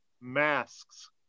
masks